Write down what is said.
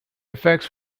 effects